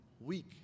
weak